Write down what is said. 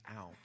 out